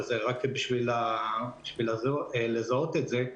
אבל זה רק בשביל לזהות את זה.